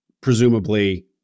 presumably-